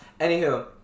Anywho